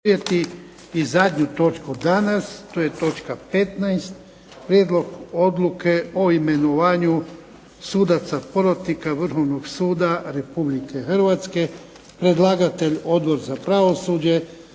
I zadnju točku danas, to je točka petnaest - Prijedlog odluke o imenovanju sudaca porotnika Vrhovnog suda Republike Hrvatske Predlagatelj: Odbor za pravosuđe